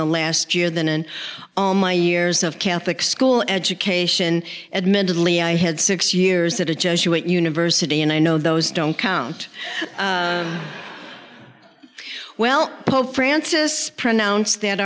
the last year than in all my years of catholic school education admittedly i had six years at a jesuit university and i know those don't count well pope francis pronounce that